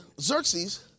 Xerxes